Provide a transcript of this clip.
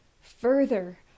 further